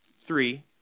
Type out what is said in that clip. three